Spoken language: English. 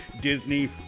disney